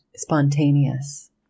spontaneous